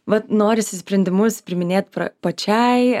vat norisi sprendimus priiminėt pačiai